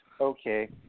okay